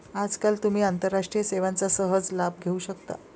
आजकाल तुम्ही आंतरराष्ट्रीय सेवांचा सहज लाभ घेऊ शकता